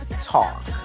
talk